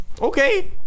Okay